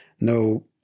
no